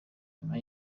nyuma